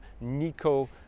Nico